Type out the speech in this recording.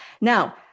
Now